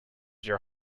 your